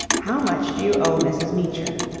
how much do you owe mrs. meecher?